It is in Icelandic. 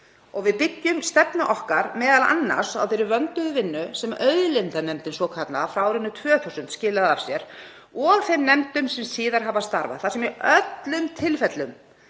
og við byggjum stefnu okkar m.a. á þeirri vönduðu vinnu sem auðlindanefndin svokallaða frá árinu 2000 skilaði af sér og þeim nefndum sem síðar hafa starfað, þar sem í öllum tilfellum